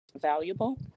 valuable